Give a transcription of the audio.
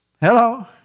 Hello